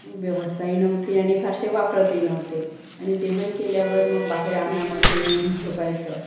व्यवस्थाही नव्हती आणि फारसे वापरतही नव्हते आणि जेवण केल्यावर मग बाहेर अंगणामध्ये येऊन झोपायचं